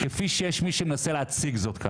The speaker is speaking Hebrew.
כאן כזאת?